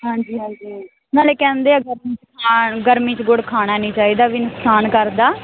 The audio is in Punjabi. ਹਾਂਜੀ ਹਾਂਜੀ ਨਾਲੇ ਕਹਿੰਦੇ ਆ ਗਰਮੀ 'ਚ ਖਾਣ ਗਰਮੀ ਚ ਗੁੜ ਖਾਣਾ ਨਹੀਂ ਚਾਹੀਦਾ ਵੀ ਨੁਕਸਾਨ ਕਰਦਾ